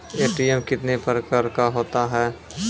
ATM कितने प्रकार का होता हैं?